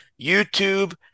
YouTube